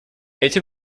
эти